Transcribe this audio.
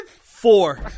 Four